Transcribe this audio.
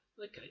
Okay